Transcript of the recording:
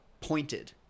pointed